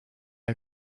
are